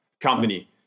company